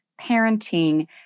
parenting